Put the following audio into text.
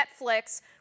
Netflix